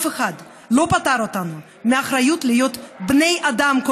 אף אחד לא פטר אותנו מאחריות להיות בני אדם,